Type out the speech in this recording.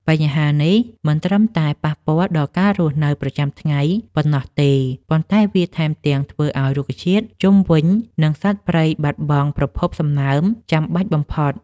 បញ្ហានេះមិនត្រឹមតែប៉ះពាល់ដល់ការរស់នៅប្រចាំថ្ងៃប៉ុណ្ណោះទេ ប៉ុន្តែវាថែមទាំងធ្វើឱ្យរុក្ខជាតិជុំវិញ និងសត្វព្រៃបាត់បង់ប្រភពសំណើមចាំបាច់បំផុត។